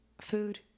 Food